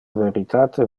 veritate